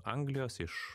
anglijos iš